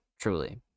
truly